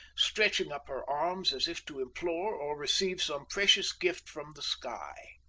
stretching up her arms, as if to implore or receive some precious gift from the sky.